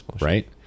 Right